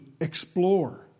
explore